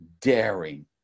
daring